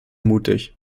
mutig